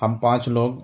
ہم پانچ لوگ